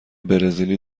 برزیلی